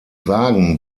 wagen